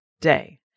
day